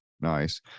Nice